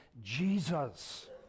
Jesus